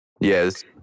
Yes